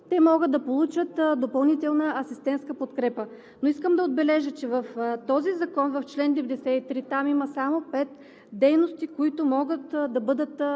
те могат да получат допълнителна асистентска подкрепа. Искам да отбележа, че в този закон в чл. 93 – там има само пет дейности, които могат да бъдат